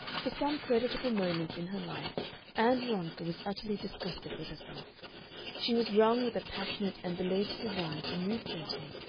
for some creditable moments in her life ann veronica was utterly disgusted with herself she was wrung with a passionate and belated desire to move gently,